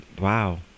Wow